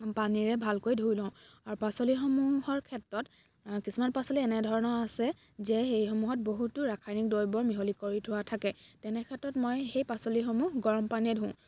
পানীৰে ভালকৈ ধুই লওঁ আৰু পাচলিসমূহৰ ক্ষেত্ৰত কিছুমান পাচলি এনেধৰণৰ আছে যে সেইসমূহত বহুতো ৰাসায়নিক দ্ৰব্য মিহলি কৰি থোৱা থাকে তেনে ক্ষেত্ৰত মই সেই পাচলিসমূহ গৰম পানীৰে ধুওঁ